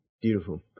beautiful